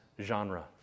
genre